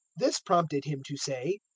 this prompted him to say,